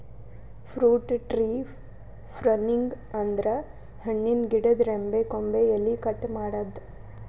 fruit tree pruning ಅಂದ್ರ ಹಣ್ಣಿನ್ ಗಿಡದ್ ರೆಂಬೆ ಕೊಂಬೆ ಎಲಿ ಕಟ್ ಮಾಡದ್ದ್